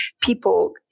people